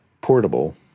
portable